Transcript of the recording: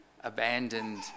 abandoned